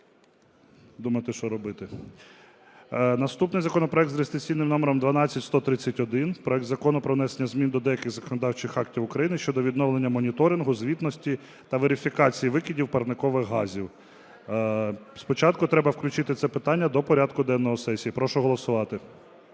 думати, що робити. Наступний законопроект за реєстраційним номером 12131: проект Закону про внесення змін до деяких законодавчих актів України щодо відновлення моніторингу, звітності та верифікації викидів парникових газів. Спочатку треба включити це питання до порядку денного сесії. Прошу голосувати.